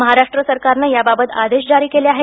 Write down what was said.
महाराष्ट्र सरकारनं याबाबत आदेश जारी केले आहेत